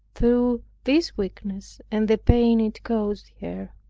through this weakness, and the pain it caused her.